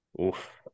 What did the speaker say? Oof